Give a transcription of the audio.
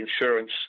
insurance